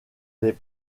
des